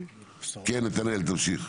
כן, נתנאל תמשיך.